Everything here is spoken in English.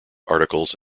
articles